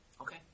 Okay